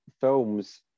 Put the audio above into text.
films